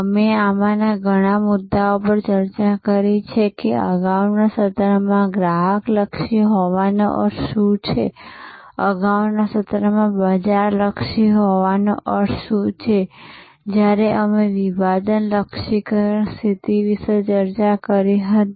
અમે આમાંના ઘણા મુદ્દાઓ પર ચર્ચા કરી છે કે અગાઉના સત્રોમાં ગ્રાહક લક્ષી હોવાનો અર્થ શું છે અગાઉના સત્રમાં બજાર લક્ષી હોવાનો અર્થ શું છે જ્યારે અમે વિભાજન લક્ષ્યીકરણ સ્થિતિ વિશે ચર્ચા કરી હતી